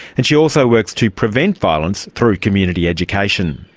and she also works to prevent violence through community education.